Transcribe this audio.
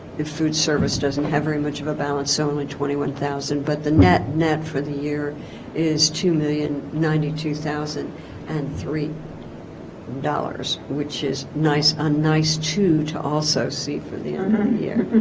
if food service doesn't have very much of a balance someone with twenty one thousand but the net net for the year is two million ninety two thousand and three dollars which is nice ah nice to to also see for the unknown year